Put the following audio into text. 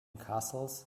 castles